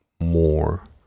more